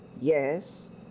yes